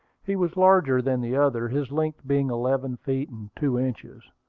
he was larger than the other, his length being eleven feet and two inches.